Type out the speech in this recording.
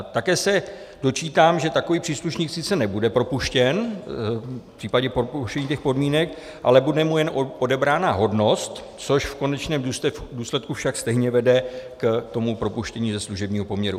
Také se dočítám, že takový příslušník sice nebude propuštěn v případě porušení těch podmínek, ale bude mu jen odebrána hodnost, což v konečném důsledku však stejně vede k tomu propuštění ze služebního poměru.